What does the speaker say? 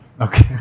Okay